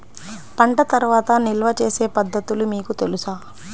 పంట తర్వాత నిల్వ చేసే పద్ధతులు మీకు తెలుసా?